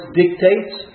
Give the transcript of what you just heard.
dictates